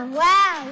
wow